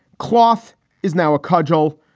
cloth is now a cudgel.